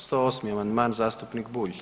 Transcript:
108. amandman zastupnik Bulj.